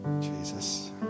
Jesus